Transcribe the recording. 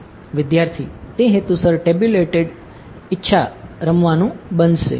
વિદ્યાર્થી તે હેતુસર ટેબ્યુલેટેડ ઇચ્છા રમવાનું બનશે